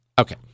Okay